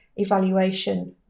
evaluation